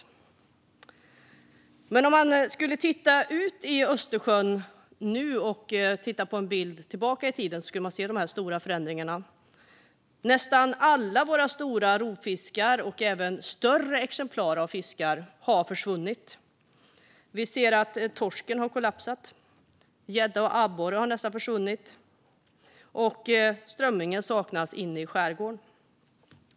Om man skulle titta ut över Östersjön nu och titta på en bild från längre tillbaka i tiden skulle man se dessa stora förändringar. Nästan alla våra stora rovfiskar och även större exemplar av fiskar har försvunnit. Vi ser att torsken har kollapsat. Gädda och abborre har nästan försvunnit, och strömmingen saknas inne i skärgården.